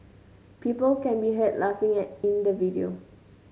people can be heard laughing at in the video